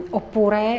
oppure